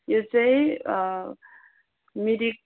यो चाहिँ मिरिक